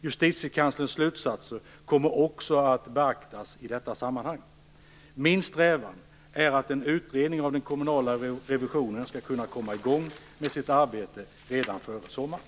Justitiekanslerns slutsatser kommer också att beaktas i detta sammanhang. Min strävan är att en utredning av den kommunala revisionen skall kunna komma i gång med sitt arbete redan före sommaren.